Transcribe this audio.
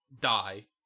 die